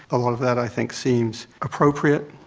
a lot of that i think seems appropriate.